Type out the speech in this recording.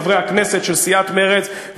חברי הכנסת של סיעת מרצ,